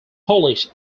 polish